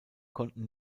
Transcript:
konnten